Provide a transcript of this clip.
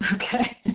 Okay